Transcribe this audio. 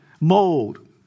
mold